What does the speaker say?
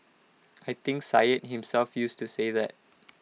I think Syed himself used to say that